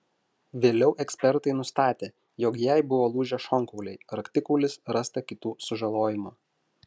vėliau ekspertai nustatė jog jai buvo lūžę šonkauliai raktikaulis rasta kitų sužalojimų